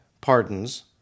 Pardons